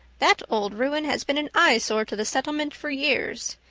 that old ruin has been an eyesore to the settlement for years.